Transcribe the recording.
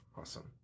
Awesome